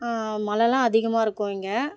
மலைலாம் அதிகமாக இருக்கும் இங்கே